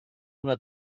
una